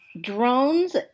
drones